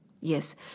Yes